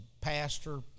pastor